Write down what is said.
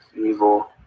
evil